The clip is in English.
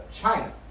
China